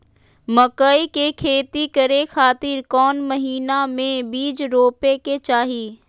मकई के खेती करें खातिर कौन महीना में बीज रोपे के चाही?